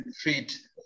treat